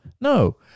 no